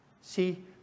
See